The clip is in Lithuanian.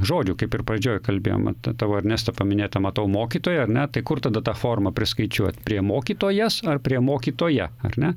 žodžių kaip ir pradžioj kalbėjom va ta tavo ernesta paminėta matau mokytoją ar ne tai kur tada tą formą priskaičiuot prie mokytojas ar prie mokytoja ar ne